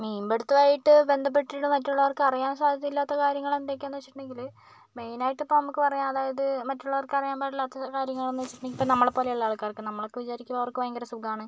മീൻ പിടുത്തം ആയിട്ട് ബന്ധപ്പെട്ടിട്ട് മറ്റുള്ളവർക്ക് അറിയാൻ സാധ്യത ഇല്ലാത്ത കാര്യങ്ങൾ എന്തൊക്കെയാന്നു വെച്ചിട്ടുണ്ടെങ്കില് മെയിനായിട്ടിപ്പോൾ നമുക്ക് പറയാനുള്ളത് മറ്റുള്ളവർക്കറിയാൻ പാടില്ലാത്തത് കാര്യങ്ങളെന്ന് വെച്ചിട്ടുണ്ടെങ്കിൽ ഇപ്പോൾ നമ്മളെപ്പോലെയുള്ള ആൾക്കാർക്ക് നമ്മളൊക്കെ വിചാരിക്കും അവർക്ക് ഭയങ്കര സുഖമാണ്